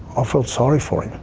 ah felt sorry for him.